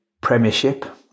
premiership